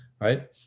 right